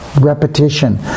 Repetition